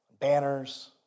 banners